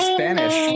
Spanish